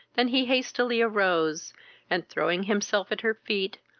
than he hastily arose and, throwing himself at her feet,